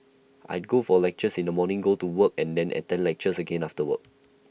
I'd go for lectures in the morning go to work and then attend lectures again after work